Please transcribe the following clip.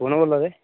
तुस कु'न बोल्ला दे